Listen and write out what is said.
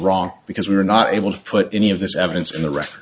wrong because we were not able to put any of this evidence in the re